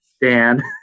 Dan